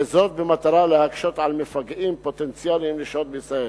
במטרה להקשות על מפגעים פוטנציאליים לשהות בישראל.